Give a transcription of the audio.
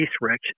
Rich